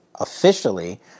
officially